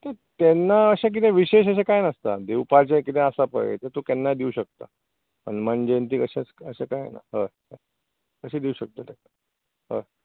तेन्ना अशें कितें विशेश अशें कांय नासता दिवपाचे कितें आसा पय ते तूं केन्नाय दिवंक शकता हनुमान जयंतीक अशें अशें कांय ना हय कशेंय दिवं शकता तूं हय